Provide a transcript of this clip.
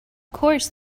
course